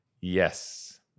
Yes